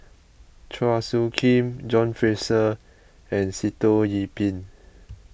Chua Soo Khim John Fraser and Sitoh Yih Pin